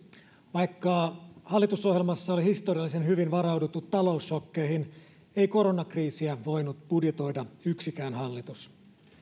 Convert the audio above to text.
vaikka hallitusohjelmassa oli historiallisen hyvin varauduttu taloussokkeihin ei koronakriisiä voinut budjetoida yksikään hallitus